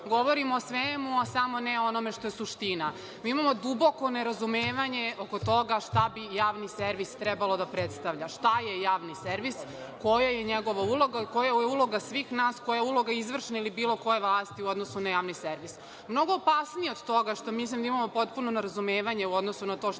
govorimo o svemu, samo ne o onome što je suština. Mi imamo duboko nerazumevanje oko toga šta bi javni servis trebalo da predstavlja. Šta je javni servis, koja je njegova uloga i koja je uloga svih nas? Koja je uloga izvršne ili bilo koje vlasti u odnosu na javni servis? Mnogo opasnije od toga što mislim da imamo potpuno nerazumevanje u odnosu na to šta je